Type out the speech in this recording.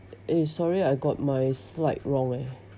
eh sorry I got my slide wrong eh